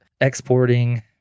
exporting